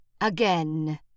Again